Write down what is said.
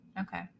Okay